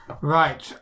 Right